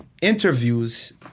interviews